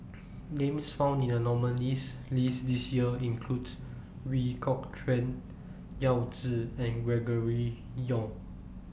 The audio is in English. Names found in The nominees' list This Year include Ooi Kok Chuen Yao Zi and Gregory Yong